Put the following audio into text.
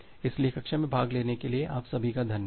इसलिए कक्षा में भाग लेने के लिए आप सभी का धन्यवाद